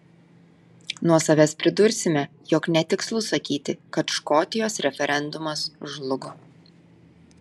nuo savęs pridursime jog netikslu sakyti kad škotijos referendumas žlugo